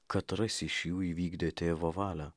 katras iš jų įvykdė tėvo valią